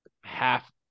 half –